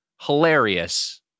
hilarious